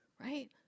right